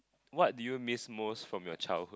what do you miss most from your child